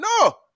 No